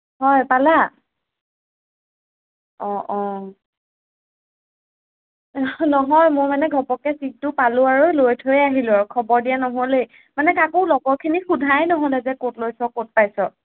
হয় পালা অঁ অঁ নহয় মই মানে ঘপককে চিটটো পালোঁ আৰু লৈ থৈ আহিলোঁ আৰু খবৰ দিয়া নহ'লেই মানে কাকো লগৰখিনিক সোধাই নহ'লে যে ক'ত লৈছ ক'ত পাইছ